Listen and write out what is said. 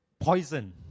poison